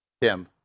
Tim